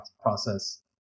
process